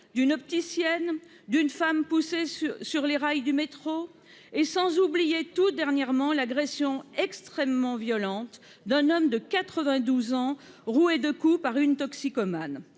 d'une opticienne d'une femme poussée sur sur les rails du métro et sans oublier tout dernièrement l'agression extrêmement violente d'un homme de 92 ans, roué de coups par une toxicomane,